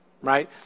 Right